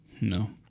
No